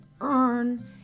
earn